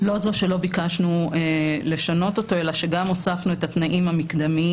לא רק שלא ביקשנו לשנות אותו אלא שגם הוספנו את התנאים המקדמיים